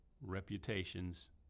reputations